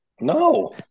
No